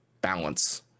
balance